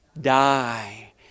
die